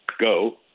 go